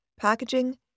packaging